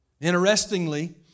Interestingly